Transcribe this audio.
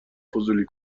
فضولی